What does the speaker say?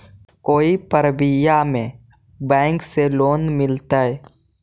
कोई परबिया में बैंक से लोन मिलतय?